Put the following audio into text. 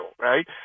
right